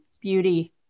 beauty